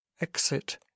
Exit